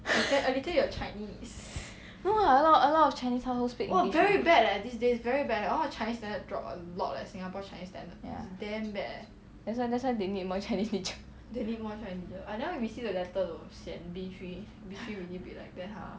no [what] a lot a lot of chinese now all speak english [what] ya that's why that's why they need more chinese teacher